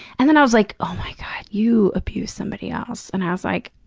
and then i was like, oh my god, you abused somebody else. and i was like,